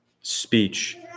speech